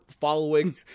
following